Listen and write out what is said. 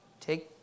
take